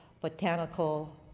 Botanical